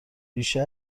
ریشه